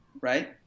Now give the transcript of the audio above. right